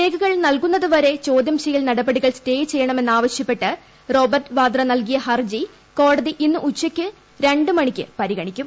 രേഖകൾ നൽകുന്നതുവരെ ചോദ്യം ചെയ്യൽ നടപടികൾ സ്റ്റേ ചെയ്യണമെന്ന് ആവശ്യപ്പെട്ട് റോബർട്ട് വാദ്ര നൽകിയ ഹർജി കോടതി ഇന്ന് ഉച്ചയ്ക്ക് രണ്ട് മണിക്ക് പരിഗണിക്കും